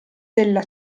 della